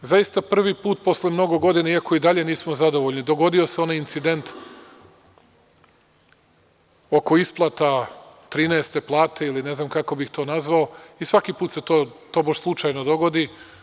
Zaista, prvi put posle mnogo godina, iako i dalje nismo zadovoljni, dogodio se onaj incident oko isplata 13. plate, ili ne znam kako bih to nazvao, i svaki put se to tobož slučajno dogodi.